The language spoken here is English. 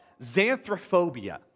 xanthrophobia